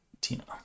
Tina